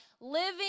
Living